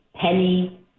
penny